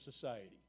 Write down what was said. society